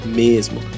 mesmo